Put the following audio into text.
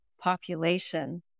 population